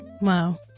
Wow